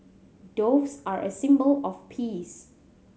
doves are a symbol of peace